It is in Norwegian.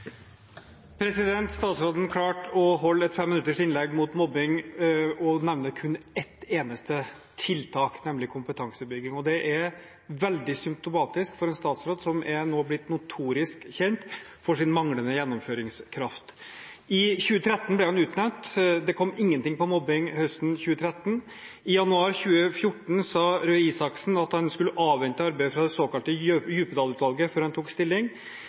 Statsråden klarte å holde et femminutters innlegg mot mobbing og nevne kun ett eneste tiltak, nemlig kompetansebygging. Det er veldig symptomatisk for en statsråd som nå er blitt notorisk kjent for sin manglende gjennomføringskraft. I 2013 ble han utnevnt. Det kom ingenting om mobbing høsten 2013. I januar 2014 sa Røe Isaksen at han skulle avvente arbeidet fra det såkalte Djupedal-utvalget før han tok stilling.